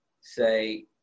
say